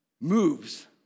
moves